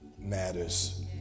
matters